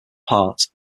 part